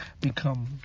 become